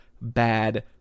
bad